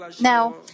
Now